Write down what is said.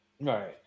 Right